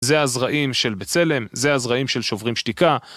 זה הזרעים של בצלם, זה הזרעים של שוברים שתיקה.